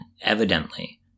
Evidently